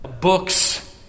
books